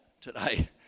today